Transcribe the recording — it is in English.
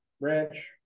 ranch